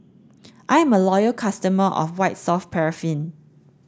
I'm a loyal customer of White soft paraffin